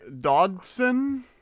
Dodson